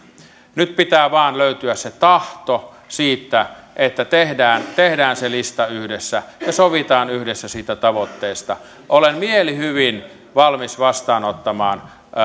nyt pitää vain löytyä se tahto siihen että tehdään tehdään se lista yhdessä ja sovitaan yhdessä siitä tavoitteesta olen mielihyvin valmis vastaanottamaan